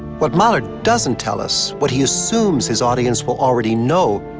what mahler doesn't tell us, what he assumes his audience will already know,